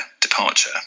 departure